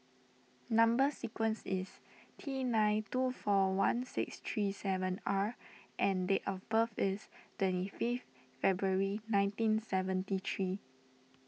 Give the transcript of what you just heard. Number Sequence is T nine two four one six three seven R and date of birth is twenty fifth February nineteen seventy three